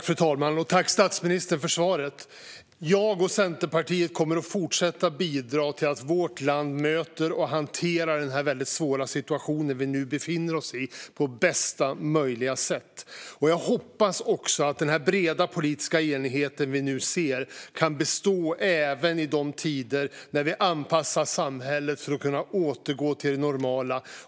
Fru talman! Tack, statsministern, för svaret! Jag och Centerpartiet kommer att fortsätta att bidra till att vårt land möter och hanterar den väldigt svåra situation som vi nu befinner oss i på bästa möjliga sätt. Jag hoppas också att den breda politiska enighet som vi nu ser kan bestå även i de tider när vi anpassar samhället för att kunna återgå till det normala.